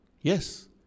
Yes